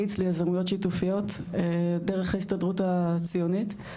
מאיץ ליזמות שיתופיות דרך הסתדרות הציונית,